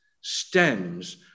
stems